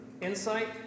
insight